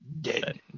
dead